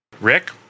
Rick